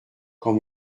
quand